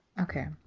Okay